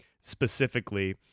specifically